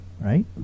Right